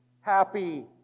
happy